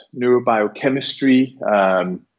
neurobiochemistry